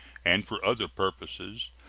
and for other purposes,